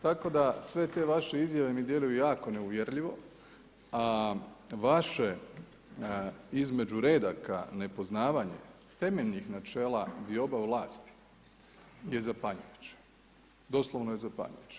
Tako da sve te vaše izjave mi djeluju jako neuvjerljivo a vaše između redaka nepoznavanje temeljnih načela diobe vlasti je zapanjujuće, doslovno je zapanjujuće.